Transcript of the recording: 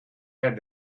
had